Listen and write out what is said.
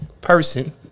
person